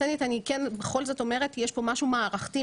אני כן בכל זאת אומרת שיש פה משהו מערכתי.